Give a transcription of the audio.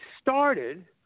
started